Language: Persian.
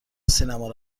سینما